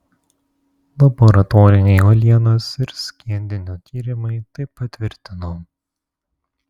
laboratoriniai uolienos ir skiedinio tyrimai tai patvirtino